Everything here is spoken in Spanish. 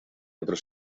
otros